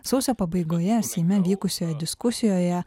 sausio pabaigoje seime vykusioje diskusijoje